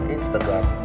Instagram